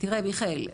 תראה מיכאל,